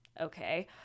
okay